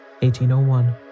1801